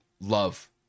love